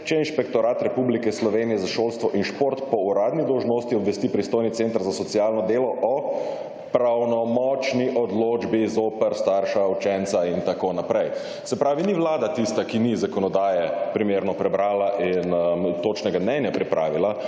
če Inšpektorat Republike Slovenije za šolstvo in šport po uradni dolžnosti obvesti pristojni center za socialno delo o pravnomočni odločbi zoper starša učenca…« in tako naprej. Se pravi, ni vlada tista, ki ni zakonodaje primerno prebrala in točnega mnenja pripravila.